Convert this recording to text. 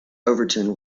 overton